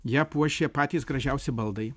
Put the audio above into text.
ją puošė patys gražiausi baldai